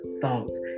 thoughts